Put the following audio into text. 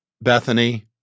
Bethany